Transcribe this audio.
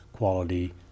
quality